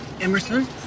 Emerson